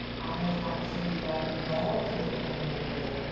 i actually got involved with planned parenthood